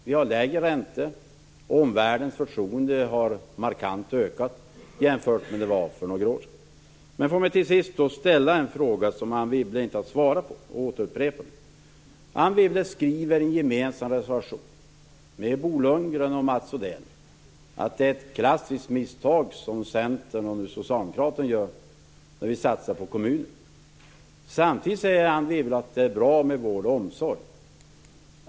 Vi har lägre räntor, och omvärldens förtroende har ökat markant jämfört med hur det var för några år sedan. Jag vill till sist ställa en fråga som Anne Wibble inte har svarat på. Anne Wibble skriver i en reservation tillsammans med Bo Lundgren och Mats Odell att det är ett drastiskt misstag som Centern och Socialdemokraterna nu gör när vi satsar på kommunerna. Samtidigt säger Anne Wibble att det är bra med vård och omsorg.